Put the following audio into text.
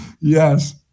Yes